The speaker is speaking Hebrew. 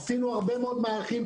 עשינו עוד הרבה מאוד מהלכים,